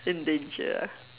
in danger ah